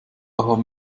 haben